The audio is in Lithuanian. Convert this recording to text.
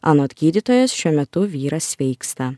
anot gydytojos šiuo metu vyras sveiksta